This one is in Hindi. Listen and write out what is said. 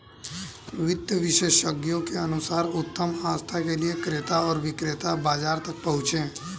वित्त विशेषज्ञों के अनुसार उत्तम आस्था के लिए क्रेता और विक्रेता बाजार तक पहुंचे